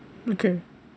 okay